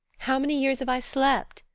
how many years have i slept?